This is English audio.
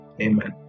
Amen